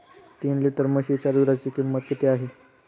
तीन लिटर म्हशीच्या दुधाची किंमत किती आहे?